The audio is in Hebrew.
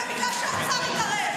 זה בגלל שהאוצר התערב.